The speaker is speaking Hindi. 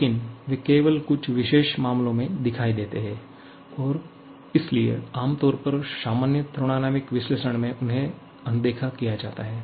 लेकिन वे केवल कुछ विशेष मामलों में दिखाई देते हैं और इसलिए आमतौर पर सामान्य थर्मोडायनामिक विश्लेषण में उन्हें अनदेखा किया जाता है